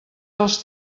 dels